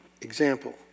Example